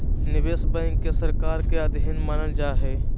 निवेश बैंक के सरकार के अधीन मानल जा हइ